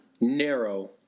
narrow